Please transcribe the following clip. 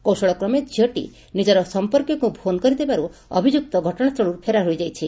କୌଶଳ କ୍ରମେ ଝିଅଟି ନିଜର ସମ୍ମର୍କୀୟଙ୍କୁ ଫୋନ୍ କରି ଦେବାରୁ ଅଭିଯୁକ୍ତ ଘଟଶାସ୍ସଳରୁ ଫେରାର ହୋଇଯାଇଛି